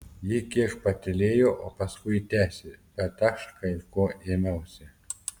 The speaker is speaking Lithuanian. ji kiek patylėjo o paskui tęsė bet aš kai ko ėmiausi